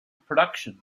production